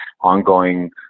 Ongoing